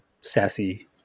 sassy